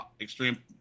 Extreme